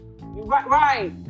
Right